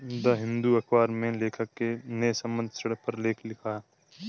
the Hindu अखबार में लेखक ने संबंद्ध ऋण पर लेख लिखा